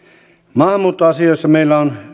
maahanmuuttoasioissa meillä on